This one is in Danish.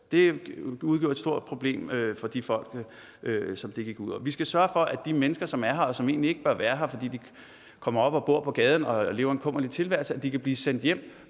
Det udgjorde et stort problem for de folk, som det gik ud over. Vi skal sørge for, at de mennesker, som er her, og som egentlig ikke bør være her, fordi de kommer op og bor på gaden og lever en kummerlig tilværelse, kan blive sendt hjem